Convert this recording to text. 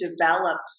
develop